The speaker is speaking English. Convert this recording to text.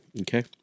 Okay